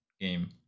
game